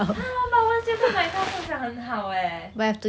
!huh! but !wah! 现在买大送小很好 eh